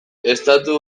estatu